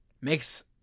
makes